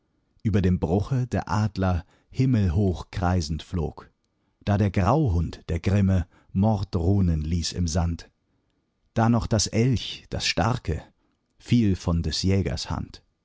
über dem bruche der adler himmelhoch kreisend flog da der grauhund der grimme mordrunen ließ im sand da noch das elch das starke fiel von des jägers hand